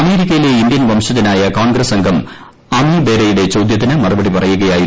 അമേരിക്കയിലെ അംഗം ഇന്ത്യൻ വംശജനായ കോൺഗ്രസ് പ അമിബേരയുടെ ചോദ്യത്തിന് മറുപടി പറയുകയായിരുന്നു